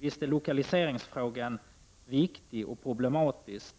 Visst är lokaliseringsfrågan viktig och problematisk,